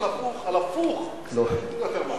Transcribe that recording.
הפוך על הפוך על הפוך, זה יותר מתוחכם.